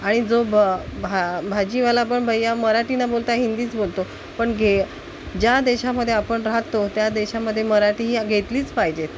आणि जो भा भाजीवाला पण भैय्या मराठी न बोलता हिंदीच बोलतो पण घे ज्या देशामध्ये आपण राहतो त्या देशामध्ये मराठी ही घेतलीच पाहिजे